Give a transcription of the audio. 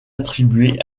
attribuée